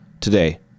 today